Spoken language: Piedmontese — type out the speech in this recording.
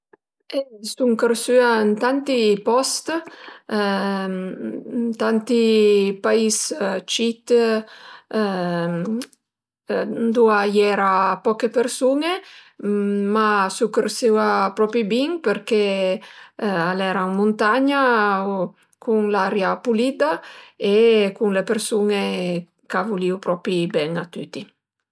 Sun chërsüa ën tanti post, ën tanti pais cit ëndua a iera poche persun-e, ma sun chërsüa propi bin përché al era ën muntagna cun l'aria pulida e cun le persun-e ch'a vulìu propi ben a tüti